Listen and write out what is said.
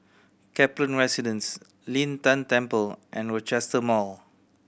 Kaplan Residence Lin Tan Temple and Rochester Mall